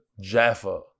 Jaffa